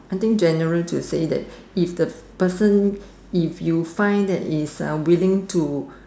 I think general to say that if the person if you find that is uh willing to